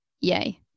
yay